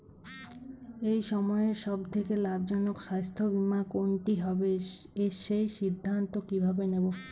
এই সময়ের সব থেকে লাভজনক স্বাস্থ্য বীমা কোনটি হবে সেই সিদ্ধান্ত কীভাবে নেব?